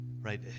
right